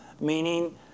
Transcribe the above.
meaning